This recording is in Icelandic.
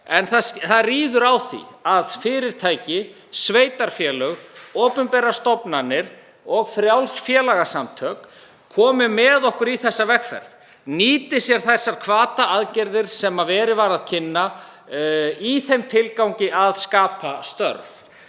En það ríður á að fyrirtæki, sveitarfélög, opinberar stofnanir og frjáls félagasamtök komi með okkur í þessa vegferð og nýti sér hvataaðgerðir sem verið var að kynna í þeim tilgangi að skapa störf,